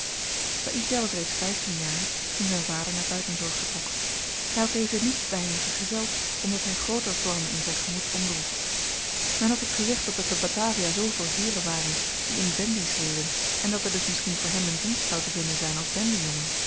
saïdjah was reeds vyftien jaar toen zyn vader naar buitenzorg vertrok hy had dezen niet daarheen vergezeld omdat hy grooter plannen in zyn gemoed omdroeg men had hem gezegd dat er te batavia zooveel heeren waren die in bendies reden en dat er dus misschien voor hem een dienst zou te vinden zyn als